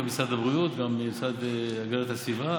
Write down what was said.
משרד הבריאות וגם המשרד להגנת הסביבה.